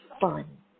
fun